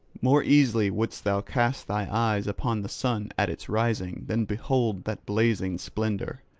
more easily wouldst thou cast thy eyes upon the sun at its rising than behold that blazing splendour.